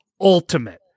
ultimate